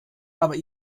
aber